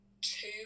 two